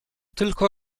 tylko